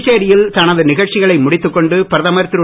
புதுச்சேரியில் தனது நிகழ்ச்சிகளை முடித்துக் கொண்டு பிரதமர் திரு